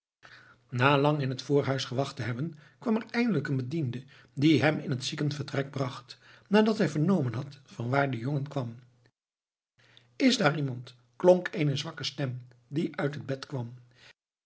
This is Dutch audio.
na lang in het voorhuis gewacht te hebben kwam er eindelijk een bediende die hem in het ziekenvertrek bracht nadat hij vernomen had vanwaar de jongen kwam is daar iemand klonk eene zwakke stem die uit een bed kwam